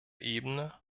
ebene